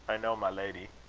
i know, my lady.